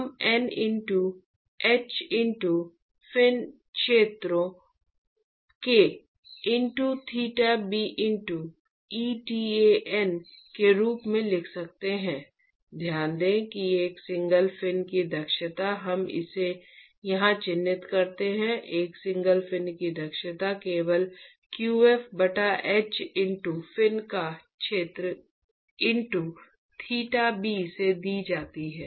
हम N into h into fin क्षेत्र के into theta b into eta n के रूप में लिख सकते हैं ध्यान दें कि एक सिंगल फिन की दक्षता हम इसे यहां चिह्नित करते हैं एक सिंगल फिन की दक्षता केवल qf बटा h ईंटो फिन का क्षेत्र इंटो थीटा b से दी जाती है